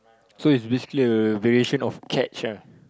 so it's basically a variation of catch ah